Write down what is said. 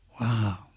Wow